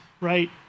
right